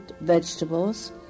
vegetables